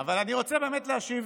אני רוצה באמת להשיב.